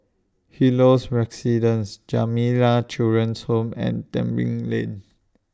Helios Residences Jamiyah Children's Home and Tebing Lane